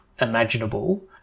imaginable